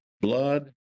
blood